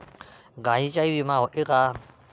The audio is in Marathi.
गायींचाही विमा होते का?